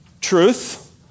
truth